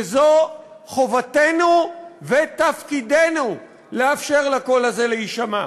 וזו חובתנו ותפקידנו לאפשר לקול הזה להישמע.